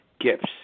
gifts